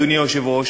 אדוני היושב-ראש,